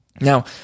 Now